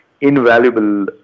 invaluable